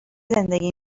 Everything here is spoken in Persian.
زندگی